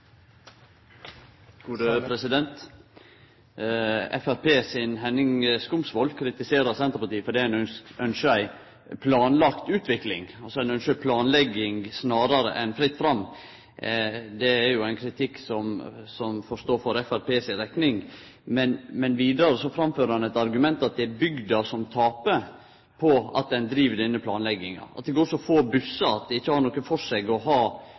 gode. Dette handler om både etableringen ute på bygda, og det handler om etableringen rundt storbyene. Framstegspartiets Henning Skumsvoll kritiserer Senterpartiet fordi ein ynskjer ei planlagd utvikling – altså ein ynskjer planlegging snarare enn fritt fram. Det er ein kritikk som får stå for Framstegspartiet si rekning. Vidare framfører han eit argument om at det er bygda som taper på at ein driv denne planlegginga, for det går så få bussar at det ikkje har noko for seg å ha